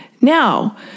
Now